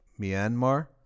Myanmar